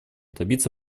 добиться